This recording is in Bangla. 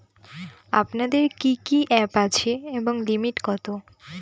আপনাদের কি কি অ্যাপ আছে এবং লিমিট কত?